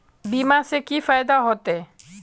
बीमा से की फायदा होते?